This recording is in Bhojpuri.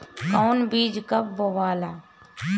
कौन बीज कब बोआला?